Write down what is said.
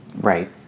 Right